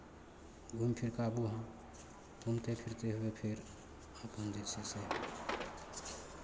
घूमि फिरि कऽ आबू अहाँ घूमिते फिरिते अयबै फेर अपन जे छै से